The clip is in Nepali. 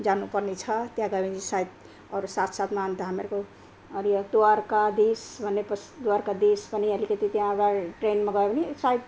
जानुपर्ने छ त्यहाँ गयो भने सायद अरू साथसाथमा अन्त हाम्रो अरू द्वारकादेश भनेपछि द्वारकादेश पनि अलिकति त्यहाँ ट्रेनमा गयो भने सायद